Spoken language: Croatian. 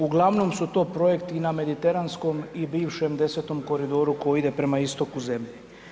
Uglavnom su to projekti na Mediteranskom i bivšem 10. koridoru koji ide prema istoku zemlje.